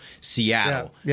Seattle